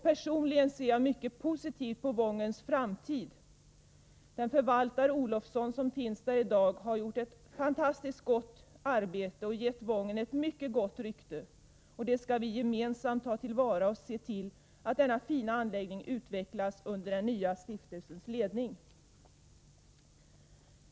Personligen ser jag mycket positivt på Wångens framtid. Förvaltare Olofsson som finns där i dag har gjort ett fantastiskt bra arbete och gett Wången ett mycket gott rykte. Det skall vi gemensamt ta till vara och se till att denna fina anläggning utvecklas under den nya stiftelsens ledning.